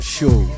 Show